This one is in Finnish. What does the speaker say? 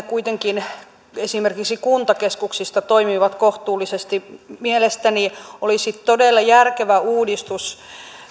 kuitenkin esimerkiksi kuntakeskuksista toimivat kohtuullisesti mielestäni olisi todella järkevä uudistus